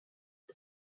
the